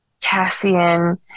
Cassian